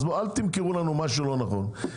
אל תמכרו לנו משהו לא נכון.